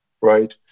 right